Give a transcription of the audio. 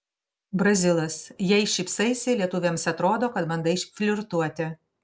brazilas jei šypsaisi lietuvėms atrodo kad bandai flirtuoti